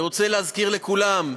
אני רוצה להזכיר לכולם: